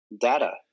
data